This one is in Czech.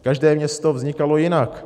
Každé město vznikalo jinak.